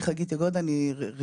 שמי חגית יגודה ואני מעלה ירוק,